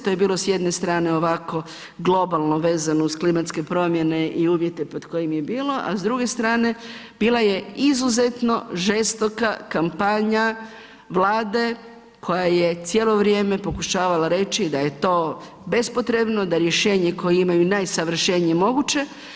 To je bilo s jedne strane ovako globalno vezano uz klimatske promjene i uvjete pod kojim je bilo, a s druge strane, bila je izuzetno žestoka kampanja Vlada koja je cijelo vrijeme pokušavala reći da je to bespotrebno, da rješenje koje imaju je najsavršenije moguće.